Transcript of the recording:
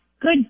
good